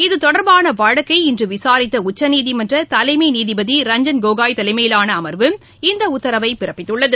இதுதொடர்பான வழக்கை இன்று விசாரித்த உச்சநீதிமன்றத் தலைமை நீதிபதி ரஞ்சன் கோகோய் தலைமையிலான அமர்வு இந்த உத்தரவைப் பிறப்பத்துள்ளது